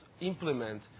implement